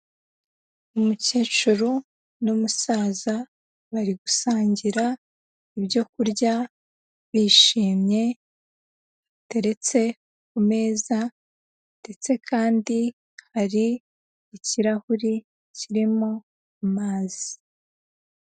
Umukecuru n'umusaza bari gusangira ibyo kurya bishimye, biteretse ku meza ndetse kandi hari ikirahuri kirimo amazi.